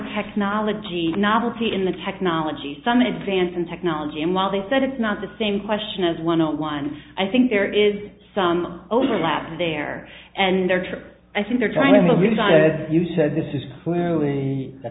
technology novelty in the technology some advance in technology and while they said it's not the same question as one on one i think there is some overlap there and they're true i think they're trying to be done as you said this is clearly a